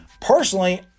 personally